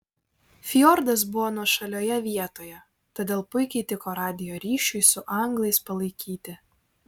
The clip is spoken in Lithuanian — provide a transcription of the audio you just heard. fjordas buvo nuošalioje vietoje todėl puikiai tiko radijo ryšiui su anglais palaikyti